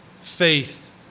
faith